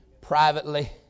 Privately